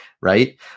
Right